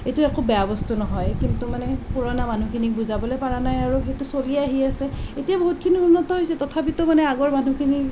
এইটো একো বেয়া বস্তু নহয় কিন্তু মানে পুৰণা মানুহখিনিক বুজাবলৈ পৰা নাই আৰু সেইটো চলিয়েই আহি আছে এতিয়া বহুতখিনি উন্নত হৈছে তথাপিতো মানে আগৰ মানুহখিনি